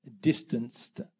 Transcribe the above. distanced